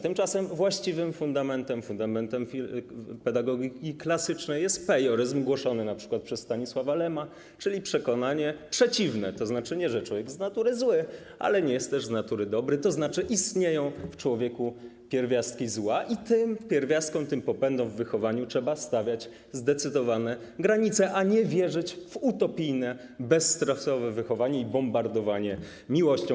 Tymczasem właściwym fundamentem, fundamentem pedagogiki klasycznej, jest pejoryzm, który był głoszony np. przez Stanisława Lema, czyli przekonanie przeciwne, zgodnie z którym człowiek nie jest z natury zły, ale nie jest też z natury dobry, tzn. istnieją w człowieku pierwiastki zła i tym pierwiastkom, tym popędom w wychowaniu trzeba stawiać zdecydowane granice, a nie wierzyć w utopijne, bezstresowe wychowanie i bombardowanie miłością.